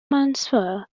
menswear